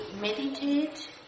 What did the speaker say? meditate